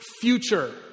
future